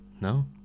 No